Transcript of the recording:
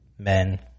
Men